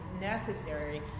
necessary